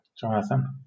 Jonathan